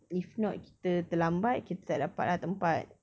if not kita terlambat kita tak dapat lah tempat